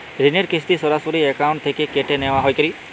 ঋণের কিস্তি সরাসরি অ্যাকাউন্ট থেকে কেটে নেওয়া হয় কি?